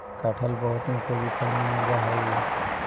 कटहल बहुत ही उपयोगी फल मानल जा हई